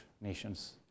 nations